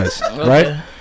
Right